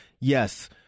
yes